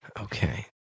Okay